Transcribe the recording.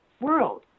world